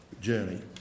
journey